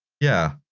yeah.